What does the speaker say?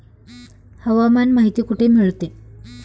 हवामान माहिती कुठे मिळते?